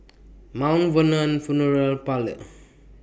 Mount Vernon Funeral Parlours